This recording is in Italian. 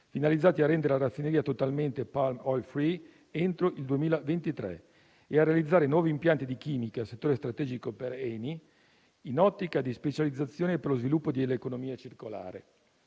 finalizzati a renderla totalmente *palm oil free* entro il 2023 e a realizzare nuovi impianti di chimica - settore strategico per ENI - in un'ottica di specializzazione per lo sviluppo dell'economia circolare.